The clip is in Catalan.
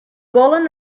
volen